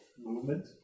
movement